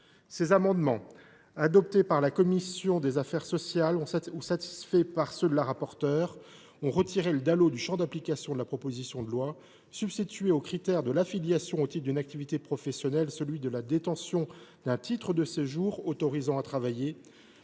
Ces amendements, adoptés par la commission des affaires sociales ou satisfaits par ceux de sa rapporteure, visaient à retirer le Dalo du champ d’application de la proposition de loi, de substituer au critère de « l’affiliation au titre d’une activité professionnelle » celui de la détention d’un titre de séjour autorisant à travailler,